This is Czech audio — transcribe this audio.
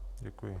Děkuji.